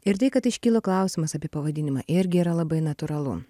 ir tai kad iškilo klausimas apie pavadinimą irgi yra labai natūralu